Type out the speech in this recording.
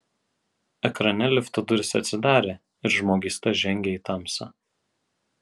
ekrane lifto durys atsidarė ir žmogysta žengė į tamsą